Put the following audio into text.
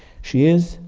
she is,